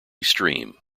stream